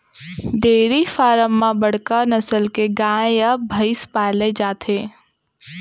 dairy farm म बड़का नसल के गाय या भईंस पाले जाथे